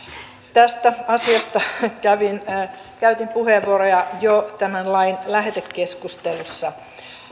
tästä asiasta käytin puheenvuoroja jo tämän lain lähetekeskustelussa